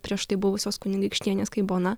prieš tai buvusios kunigaikštienės kaip bona